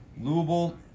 Louisville